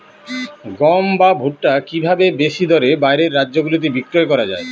গম বা ভুট্ট কি ভাবে বেশি দরে বাইরের রাজ্যগুলিতে বিক্রয় করা য়ায়?